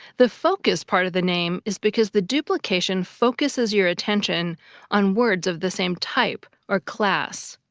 the focus part of the name is because the duplication focuses your attention on words of the same type or class.